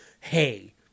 hey